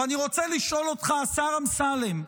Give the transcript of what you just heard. ואני רוצה לשאול אותך, השר אמסלם: